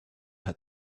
had